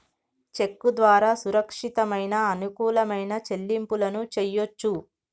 చెక్కు ద్వారా సురక్షితమైన, అనుకూలమైన చెల్లింపులను చెయ్యొచ్చు